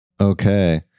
Okay